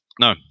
No